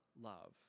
love